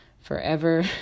forever